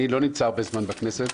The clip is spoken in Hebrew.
אני לא נמצא הרבה זמן בכנסת,